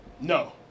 No